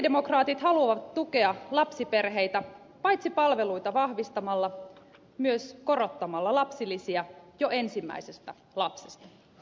sosialidemokraatit haluavat tukea lapsiperheitä paitsi palveluita vahvistamalla myös korottamalla lapsilisiä jo ensimmäisestä lapsesta